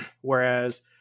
whereas